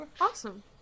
Awesome